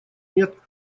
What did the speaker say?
нет